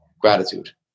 gratitude